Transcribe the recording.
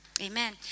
Amen